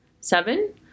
Seven